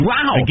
Wow